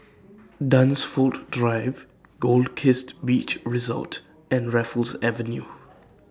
Dunsfold Drive Goldkist Beach Resort and Raffles Avenue